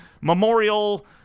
memorial